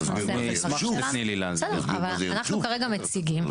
אנחנו כרגע מציגים,